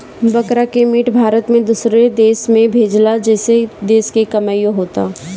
बकरा के मीट भारत दूसरो देश के भेजेला जेसे देश के कमाईओ होता